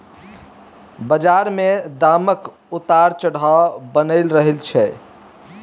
बजार मे दामक उतार चढ़ाव बनलै रहय छै